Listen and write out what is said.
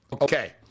Okay